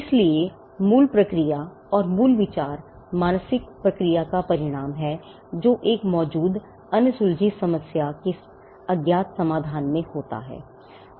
इसलिए मूल प्रक्रिया और मूल विचार मानसिक प्रक्रिया का परिणाम है जो एक मौजूदा अनसुलझी समस्या के अज्ञात समाधान में होता है